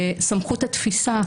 סמכות התפיסה,